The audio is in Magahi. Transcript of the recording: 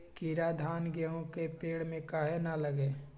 कीरा धान, गेहूं के पेड़ में काहे न लगे?